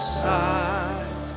side